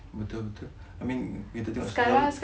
betul betul I mean kita tengok